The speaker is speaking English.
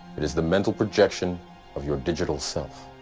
it is the mental projection of your digital self